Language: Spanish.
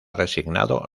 resignado